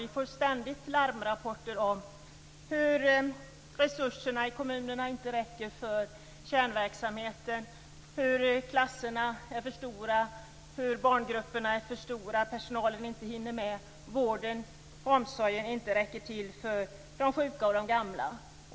Vi får ständigt larmrapporter om hur resurserna i kommunerna inte räcker för kärnverksamheten, hur klasserna och barngrupperna är för stora, hur personalen inte hinner med och hur vården och omsorgen inte räcker till för de sjuka och de gamla.